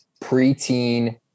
preteen